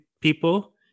people